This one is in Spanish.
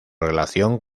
relación